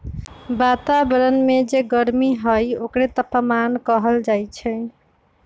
वतावरन में जे गरमी हई ओकरे तापमान कहल जाई छई